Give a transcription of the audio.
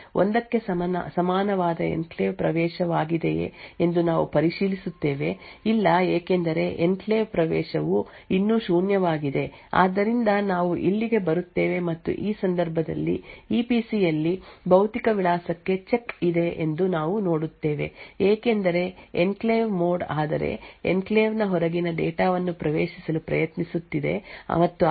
1 ಕ್ಕೆ ಸಮಾನವಾದ ಎನ್ಕ್ಲೇವ್ ಪ್ರವೇಶವಾಗಿದೆಯೇ ಎಂದು ನಾವು ಪರಿಶೀಲಿಸುತ್ತೇವೆ ಇಲ್ಲ ಏಕೆಂದರೆ ಎನ್ಕ್ಲೇವ್ ಪ್ರವೇಶವು ಇನ್ನೂ ಶೂನ್ಯವಾಗಿದೆ ಆದ್ದರಿಂದ ನಾವು ಇಲ್ಲಿಗೆ ಬರುತ್ತೇವೆ ಮತ್ತು ಈ ಸಂದರ್ಭದಲ್ಲಿ ಇಪಿಸಿ ಯಲ್ಲಿ ಭೌತಿಕ ವಿಳಾಸಕ್ಕಾಗಿ ಚೆಕ್ ಇದೆ ಎಂದು ನಾವು ನೋಡುತ್ತೇವೆ ಏಕೆಂದರೆ ಎನ್ಕ್ಲೇವ್ ಮೋಡ್ ಆದರೆ ಎನ್ಕ್ಲೇವ್ ನ ಹೊರಗಿನ ಡೇಟಾ ವನ್ನು ಪ್ರವೇಶಿಸಲು ಪ್ರಯತ್ನಿಸುತ್ತಿದೆ ಮತ್ತು ಆದ್ದರಿಂದ ಪ್ರವೇಶವನ್ನು ಅನುಮತಿಸಲಾಗಿದೆ